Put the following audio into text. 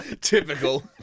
Typical